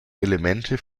elemente